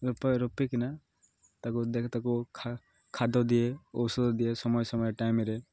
ରୋପା ରୋପିକିନା ତାକୁ ଦେଖ ତାକୁ ଖାଦ ଦିଏ ଔଷଧ ଦିଏ ସମୟ ସମୟ ଟାଇମରେ